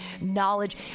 knowledge